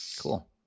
Cool